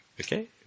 okay